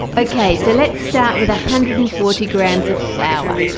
okay so let's start with a hundred and forty grams of flour.